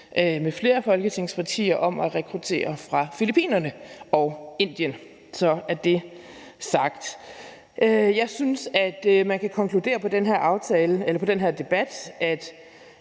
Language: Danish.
med flere af Folketingets partier om at rekruttere fra Filippinerne og Indien. Så er det sagt. Jeg synes, at man kan konkludere på den her debat,